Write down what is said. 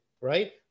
right